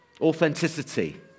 authenticity